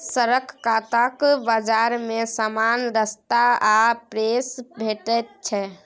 सड़क कातक बजार मे समान सस्ता आ फ्रेश भेटैत छै